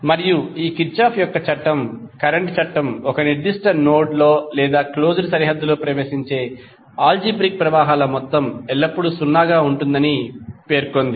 మరియు ఈ కిర్చాఫ్ యొక్క కరెంట్ చట్టం ఒక నిర్దిష్ట నోడ్ లో లేదా క్లోజ్డ్ సరిహద్దులో ప్రవేశించే ఆల్జీబ్రిక్ ప్రవాహాల మొత్తం ఎల్లప్పుడూ 0 గా ఉంటుందని పేర్కొంది